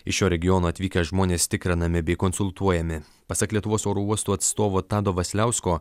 iš šio regiono atvykę žmonės tikrinami bei konsultuojami pasak lietuvos oro uostų atstovo tado vasiliausko